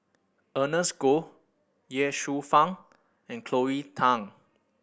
Ernest Goh Ye Shufang and Cleo Thang